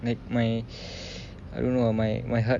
like my I don't know lah my my heart